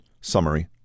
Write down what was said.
summary